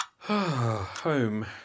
home